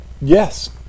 yes